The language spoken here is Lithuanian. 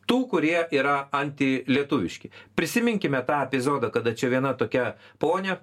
tų kurie yra antilietuviški prisiminkime tą epizodą kada čia viena tokia ponia